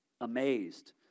amazed